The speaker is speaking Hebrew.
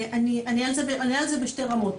אני אענה על זה בשתי רמות.